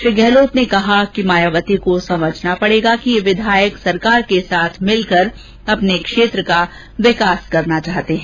श्री गहलोत ने कहा कि मायावती को समझना पडेगा कि ये विधायक सरकार के साथ मिलकर अपने क्षेत्र का विकास करना चाहते हैं